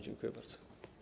Dziękuję bardzo.